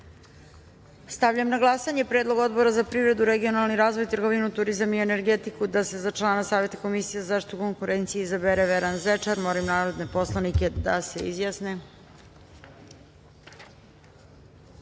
Stavljam na glasanje Predlog Odbora za privredu, regionalni razvoj, trgovinu, turizam i energetiku da se za člana Saveta Komisije za zaštitu konkurencije izabere Miroslava Đošić. Molim narodne poslanike da se